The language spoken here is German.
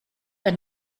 ein